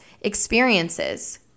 experiences